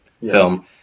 film